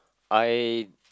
I